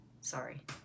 Sorry